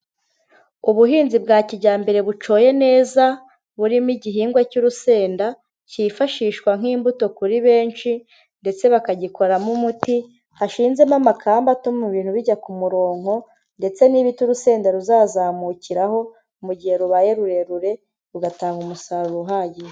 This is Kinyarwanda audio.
Ubuhinzi bwa kijyambere bucoye neza, burimo igihingwa cy'urusenda cyifashishwa nk'imbuto kuri benshi ndetse bakagikoramo umuti, hashinzemo amakamba atuma ibintu bijya ku muronko ndetse n'ibiti urusenda ruzazamukiraho mu gihe rubaye rurerure rugatanga umusaruro uhagije.